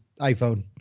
iPhone